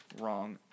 wrong